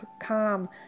calm